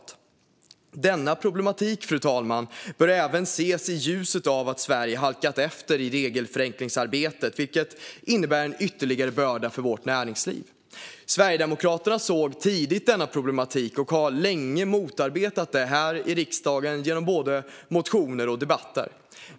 Denna problematik, fru talman, bör även ses i ljuset av att Sverige halkat efter i regelförenklingsarbetet, vilket innebär en ytterligare börda för vårt näringsliv. Sverigedemokraterna såg tidigt denna problematik och har länge motarbetat detta här i riksdagen, i både motioner och debatter.